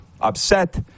upset